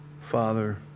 Father